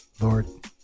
Lord